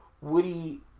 woody